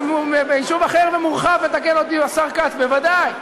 ביישוב אחר ומורחב, מתקן אותי השר כץ, בוודאי.